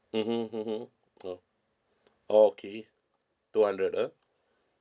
mmhmm mmhmm oh oh okay two hundred ah